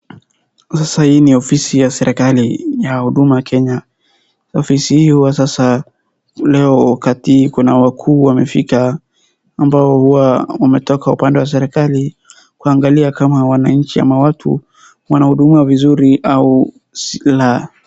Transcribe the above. Sasa hii ni ofisi ya serikali ya huduma Kenya .Ofisi hii huanza saa leo kati kuna wakuu wamefika ambao huwa wametoka upande wa serikali kuangalia kama wananchi au watu wanahudumiwa vizuri ama la.